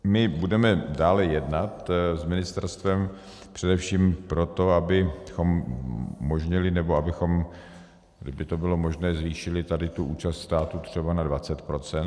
My budeme dále jednat s ministerstvem, především proto, abychom umožnili, nebo abychom, kdyby to bylo možné, zvýšili tu účast státu třeba na 20 procent.